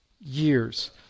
years